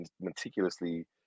meticulously